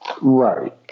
right